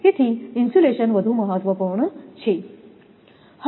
તેથી ઇન્સ્યુલેશન વધુ મહત્વપૂર્ણ છે